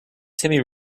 timmy